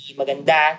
maganda